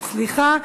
סליחה,